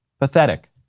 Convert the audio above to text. Pathetic